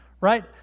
right